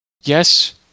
yes